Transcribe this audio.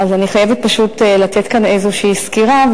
אני חייבת לתת כאן איזו סקירה,